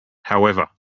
however